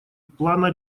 плана